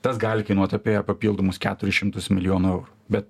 tas gali kainuot apie papildomus keturis šimtus milijonų eurų bet